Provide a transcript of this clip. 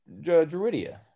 Druidia